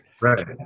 Right